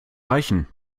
reichen